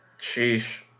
Sheesh